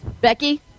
Becky